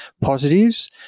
positives